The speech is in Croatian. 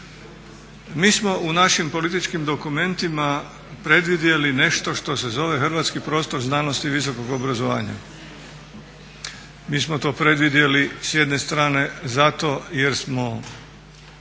Mi smo u našim političkim dokumentima predvidjeli nešto što se zove hrvatski prostor znanosti i visokog obrazovanja. Mi smo to predvidjeli s jedne strane zato jer smo